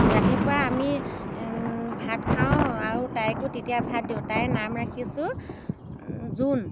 ৰাতিপুৱা আমি ভাত খাওঁ আৰু তাইকো তেতিয়া ভাত দিওঁ তাই নাম ৰাখিছোঁ জোন